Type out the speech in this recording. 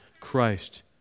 Christ